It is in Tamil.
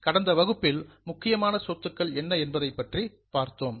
கடந்த வகுப்பில் முக்கியமான சொத்துக்கள் என்ன என்பதையும் நாம் பார்த்தோம்